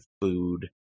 food